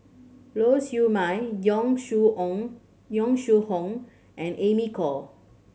Lau Siew Mei Yong Shu Ong Yong Shu Hoong and Amy Khor